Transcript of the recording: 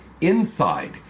INSIDE